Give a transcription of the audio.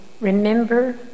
remember